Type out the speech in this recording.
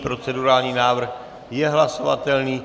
Procedurální návrh je hlasovatelný.